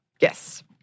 Yes